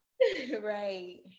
right